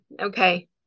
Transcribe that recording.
okay